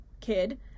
kid